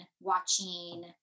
watching